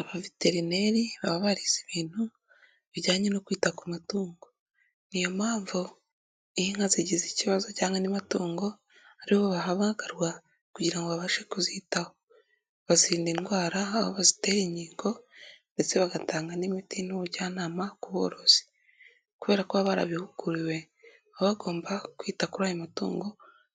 Abaveterineri baba barize ibintu bijyanye no kwita ku matungo niyo mpamvu inka zigize ikibazo cyangwa andi matungo ari bo bahamagarwa kugira ngo babashe kuzitaho bazirinda indwara aho bazitera inkingo ndetse bagatanga n'imiti n'ubujyanama ku bworozi kubera kuba barabihuguriwe baba bagomba kwita kuri ayo matungo